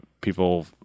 people